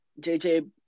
JJ